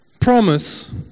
promise